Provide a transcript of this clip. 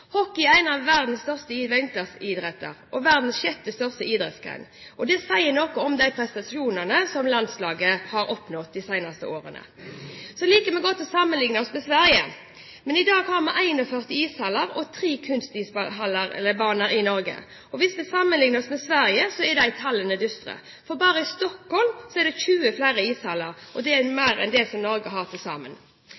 er én av verdens største vinteridretter, og verdens sjette største idrettsgren. Det sier noe om de prestasjonene som landslaget har oppnådd de seneste årene. Så liker vi godt å sammenligne oss med Sverige. I dag har vi 41 ishaller og 3 kunstisbaner i Norge. Hvis vi sammenligner oss med Sverige, er de tallene dystre, for det sies at bare i Stockholm er det flere ishaller enn Norge har til sammen. Så mitt spørsmål går til kulturministeren: Er